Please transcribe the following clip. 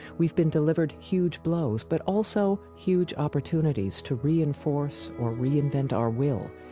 we've been delivered huge blows but also huge opportunities to reinforce or reinvent our will,